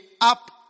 up